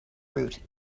route